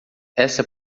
essa